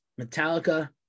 Metallica